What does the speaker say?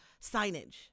signage